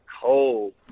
cold